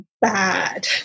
bad